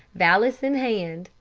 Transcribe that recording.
valise in hand,